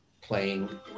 playing